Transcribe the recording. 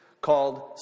called